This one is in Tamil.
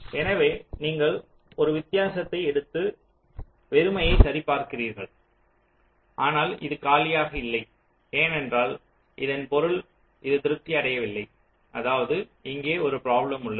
எனவே நீங்கள் ஒரு வித்தியாசத்தை எடுத்து வெறுமையை சரிபார்க்கிறீர்கள் ஆனால் இது காலியாக இல்லை என்றால் இதன் பொருள் இது திருப்தி அடையவில்லை அதாவது இங்கே ஒரு பிராப்ளம் உள்ளது